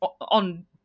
on